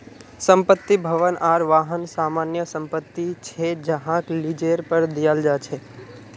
संपत्ति, भवन आर वाहन सामान्य संपत्ति छे जहाक लीजेर पर दियाल जा छे